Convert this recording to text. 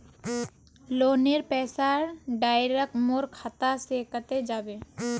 लोनेर पैसा डायरक मोर खाता से कते जाबे?